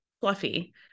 fluffy